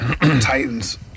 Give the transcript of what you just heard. titans